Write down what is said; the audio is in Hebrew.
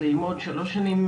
ללמוד שלוש שנים,